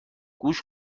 گوش